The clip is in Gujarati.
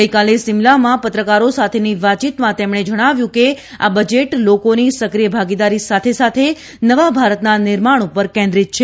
ગઇકાલે શિમલામાં પત્રકારો સાથેની વાતચીતમાં તેમણે જણાવ્યું કે આ બજેટ લોકોની સક્રિય ભાગીદારી સાથે સાથે નવા ભારતના નિર્માણ પર કેન્દ્રીત છે